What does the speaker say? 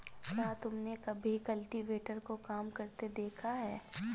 क्या तुमने कभी कल्टीवेटर को काम करते देखा है?